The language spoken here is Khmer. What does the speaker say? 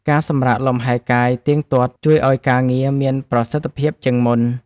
ការសម្រាកលំហែកាយទៀងទាត់ ជួយឱ្យការងារមានប្រសិទ្ធភាពជាងមុន។